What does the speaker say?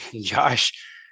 josh